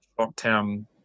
short-term